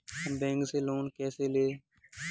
हम बैंक से लोन कैसे लें?